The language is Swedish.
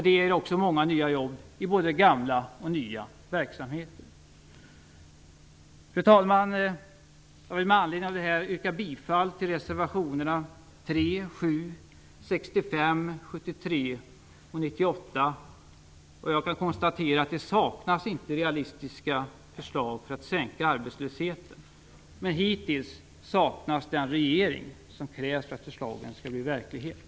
Det ger också många nya jobb i både gamla och nya verksamheter. Fru talman! Jag vill med anledning av detta yrka bifall till reservationerna 3, 7, 65, 73 och 98. Jag kan konstatera att det inte saknas realistiska förslag för att sänka arbetslösheten. Men hittills saknas den regering som krävs för att förslagen skall bli verklighet.